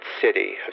city